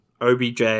OBJ